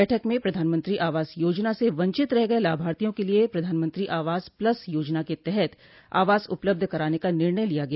बैठक में प्रधानमंत्री आवास योजना से वंचित रह गये लाभार्थियों के लिये प्रधानमंत्री आवास प्लस योजना के तहत आवास उपलब्ध कराने का निर्णय लिया गया